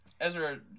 Ezra